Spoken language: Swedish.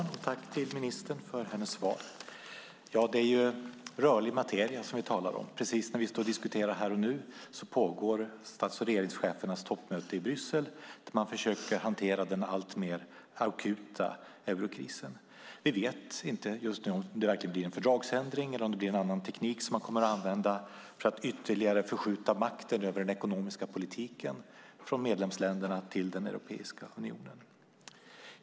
Fru talman! Tack, ministern, för svaret. Det är rörlig materia vi talar om. Medan vi står här och diskuterar pågår stats och regeringschefernas toppmöte i Bryssel där man försöker hantera den alltmer akuta eurokrisen. Vi vet inte om det blir en fördragsändring eller om man kommer att använda en annan teknik för att ytterligare förskjuta makten över den ekonomiska politiken från medlemsländerna till Europeiska unionen.